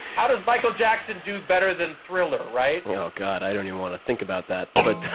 how does michael jackson do better than thriller, right? oh, god, i don't even want to think about that. but